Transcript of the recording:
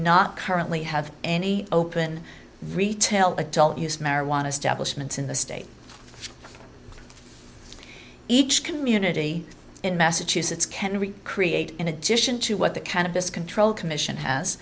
not currently have any open retail adult use marijuana stablish mints in the state each community in massachusetts can recreate in addition to what the kind of this control commission has